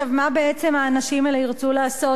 מה בעצם האנשים האלה ירצו לעשות?